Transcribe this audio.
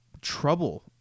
trouble